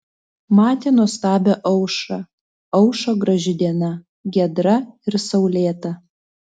matė nuostabią aušrą aušo graži diena giedra ir saulėta